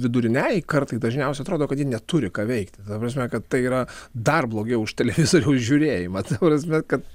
viduriniajai kartai dažniausiai atrodo kad ji neturi ką veikti ta prasme kad tai yra dar blogiau už televizoriaus žiūrėjimą ta prasme kad